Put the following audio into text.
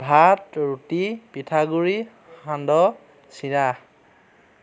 ভাত ৰুটি পিঠাগুড়ি সান্দহ চিৰা